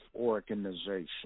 organization